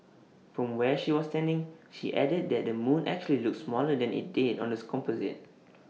from where she was standing she added that the moon actually looked smaller than IT did on the composite